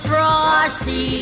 Frosty